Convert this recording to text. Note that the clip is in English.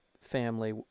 Family